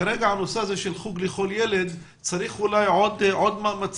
כרגע הנושא הזה של חוג לכל ילד צריך אולי עוד מאמצים,